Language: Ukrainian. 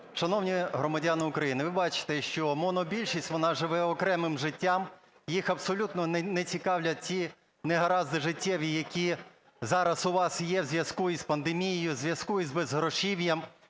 шановні громадяни України, ви бачите зараз, що монобільшість, вона живе окремим життям, їх абсолютно не цікавлять ті негаразди життєві, які зараз у вас є в зв'язку із пандемією, в зв'язку із безгрошів'ям.